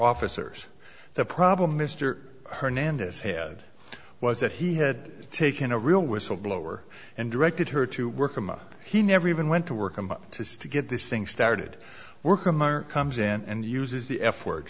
officers the problem mr hernandez had was that he had taken a real whistle blower and directed her to work him up he never even went to work and to get this thing started work among comes in and uses the f word